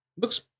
Looks